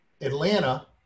Atlanta